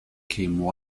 came